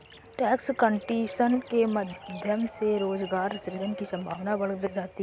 tax competition के माध्यम से रोजगार सृजन की संभावना बढ़ जाती है